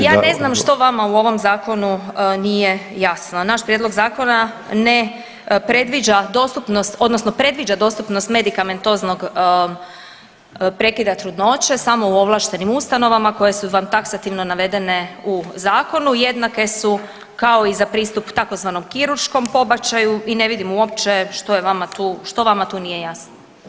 Ja ne znam što vama u ovom zakonu nije jasno, naš prijedlog zakona ne predviđa dostupnost odnosno predviđa dostupnost medikamentoznog prekida trudnoće samo u ovlaštenim ustanovama koje su vam taksativno navedene u zakonu, jednake su kao i za pristup tzv. kirurškom pobačaju i ne vidim uopće što je vama tu, što vama tu nije jasno.